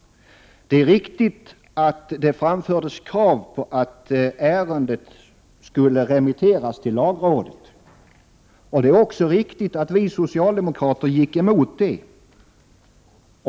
Det är riktigt att det framfördes krav på att ärendet skulle remitteras till lagrådet. Det är också riktigt att vi socialdemokrater gick emot det.